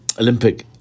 Olympic